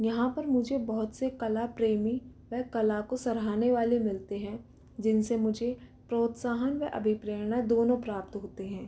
यहाँ पर मुझे बहुत से कला प्रेमी वे कला को सरहाने वाले मिलते हैं जिनसे मुझे प्रोत्साहन व अभिप्रेणना दोनों प्राप्त होते हैं